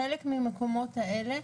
חלק מהמקומות האלה,